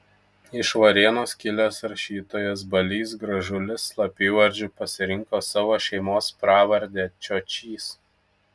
iš varėnos kilęs rašytojas balys gražulis slapyvardžiu pasirinko savo šeimos pravardę čiočys